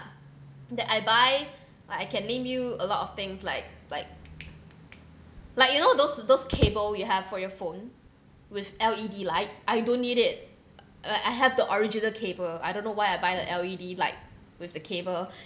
that I buy like I can name you a lot of things like like like you know those those cable you have for your phone with L_E_D light I don't need it uh I have the original cable I don't know why I buy the L_E_D light with the cable